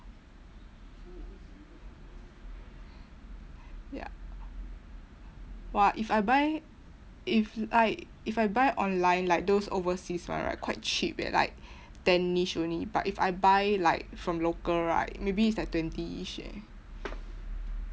ya !wah! if I buy if like if I buy online like those overseas one right quite cheap eh like ten-ish only but if I buy like from local right maybe it's like twenty-ish eh